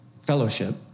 fellowship